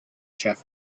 chief